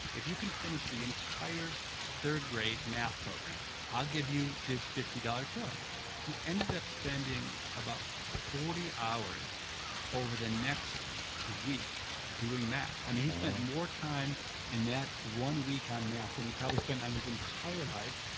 if you can finish the entire third grade math program, i'll give you this fifty dollars toy he ended up spending about forty hours over the next week doing math. um he spent more time in that one week on math than he probably spent on his entire life,